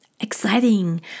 exciting